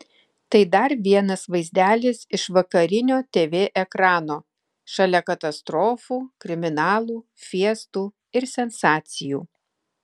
tai dar vienas vaizdelis iš vakarinio tv ekrano šalia katastrofų kriminalų fiestų ir sensacijų